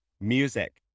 music